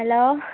hello